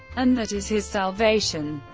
and that is his salvation.